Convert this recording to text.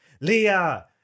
Leah